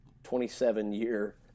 27-year